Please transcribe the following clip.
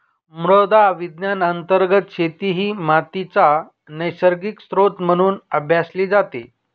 मृदा विज्ञान अंतर्गत शेती ही मातीचा नैसर्गिक स्त्रोत म्हणून अभ्यासली जाते